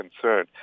concern